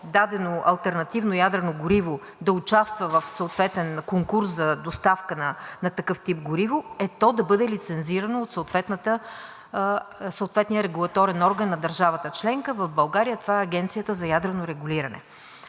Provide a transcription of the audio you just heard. дадено алтернативно ядрено гориво да участва в съответен конкурс за доставка на такъв тип гориво, е то да бъде лицензирано от съответния регулаторен орган на държавата членка. В България това е Агенцията за ядрено регулиране.